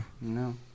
No